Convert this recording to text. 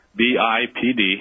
BIPD